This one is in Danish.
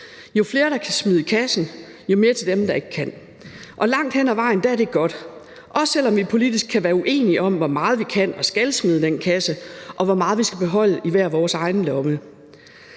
Jo flere der kan smide noget i kassen, jo mere er der til dem, der ikke kan. Langt hen ad vejen er det godt, også selv om vi politisk kan være uenige om, hvor meget vi kan og skal smide i den kasse, og hvor meget vi skal beholde i hver vores egen lomme.